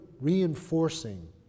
reinforcing